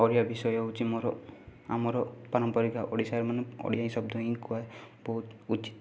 ଓଡ଼ିଆ ବିଷୟ ହେଉଛି ମୋର ଆମର ପାରମ୍ପରିକ ଓଡ଼ିଶାର ମାନେ ଓଡ଼ିଆ ଶବ୍ଦ ହିଁ କୁହା ବହୁତ ଉଚିତ୍